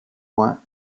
ouen